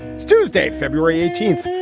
it's tuesday, february eighteenth,